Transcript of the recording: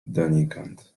donikąd